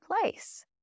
place